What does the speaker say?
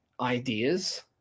ideas